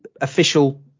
official